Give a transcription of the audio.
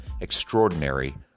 extraordinary